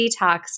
detox